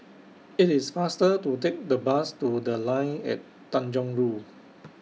IT IS faster to Take The Bus to The Line At Tanjong Rhu